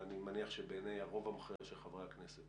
ואני מניח שבעיני הרוב המכריע של חברי הכנסת,